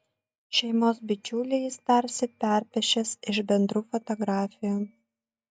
šeimos bičiulį jis tarsi perpiešęs iš bendrų fotografijų